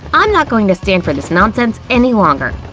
i'm not going to stand for this nonsense any longer!